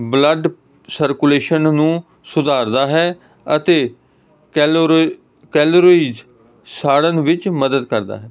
blood circulation ਨੂੰ ਸੁਧਾਰਦਾ ਹੈ ਅਤੇ ਕੈਲੋਰੀ ਕੈਲੋਰੀਜ ਸਾੜਨ ਵਿੱਚ ਮਦਦ ਕਰਦਾ